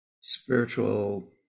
spiritual